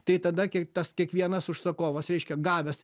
tai tada kiek tas kiekvienas užsakovas reiškia gavęs